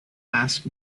ask